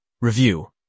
Review